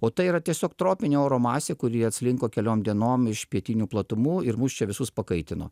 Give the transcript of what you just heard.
o tai yra tiesiog tropinė oro masė kuri atslinko keliom dienom iš pietinių platumų ir mus čia visus pakaitino